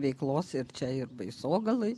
veiklos ir čia ir baisogaloj